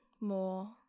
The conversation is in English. more